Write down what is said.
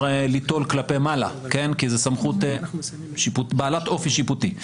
ליטול כלפי מעלה כי זו סמכות בעלת אופי שיפוטי.